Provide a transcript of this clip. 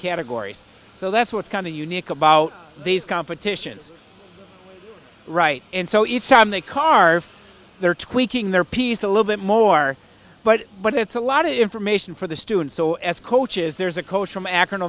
categories so that's what's kind of unique about these competitions right and so each time the car they're tweaking their piece a little bit more but but it's a lot of information for the student so as coaches there's a coach from akron